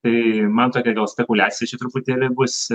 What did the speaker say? tai man tokia gal spekuliacija čia truputėlį bus